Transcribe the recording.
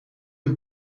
een